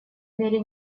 мере